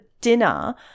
dinner